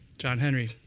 john henry,